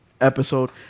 episode